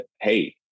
hey